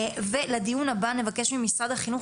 לדיון הבא נבקש ממשרד החינוך,